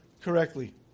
correctly